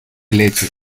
leche